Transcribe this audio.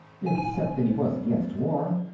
except that he was against war.